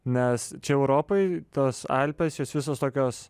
nes čia europoj tos alpės jos visos tokios